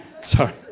sorry